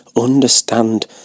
understand